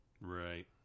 right